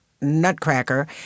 Nutcracker